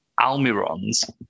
Almiron's